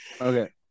Okay